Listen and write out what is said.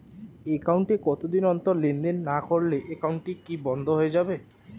Account এ কতদিন অন্তর লেনদেন না করলে একাউন্টটি কি বন্ধ হয়ে যাবে?